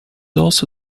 also